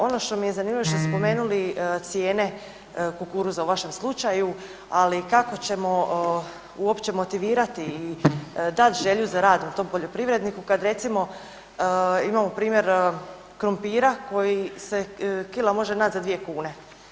Ono što mi je zanimljivo što ste spomenuli cijene kukuruza u vašem slučaju, ali i kako ćemo uopće motivirati i dati želju za rad tom poljoprivredniku kad recimo imamo primjer krumpira koji se kila može naći za 2 kune.